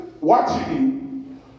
watching